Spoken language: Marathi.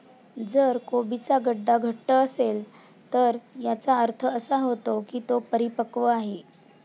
जर कोबीचा गड्डा घट्ट असेल तर याचा अर्थ असा होतो की तो परिपक्व आहे